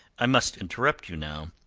i must interrupt you now.